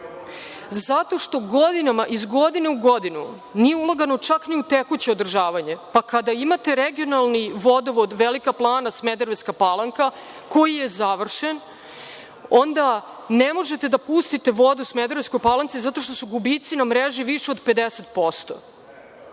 Zato što godinama, iz godine u godinu nije ulagano čak ni u tekuće održavanje, pa kada imate regionalni Vodovod Velika Plana – Smederevska Palanka koji je završen, onda ne možete da pustite vodu u Smederevskoj Palanci zato što su gubici na mreži viši od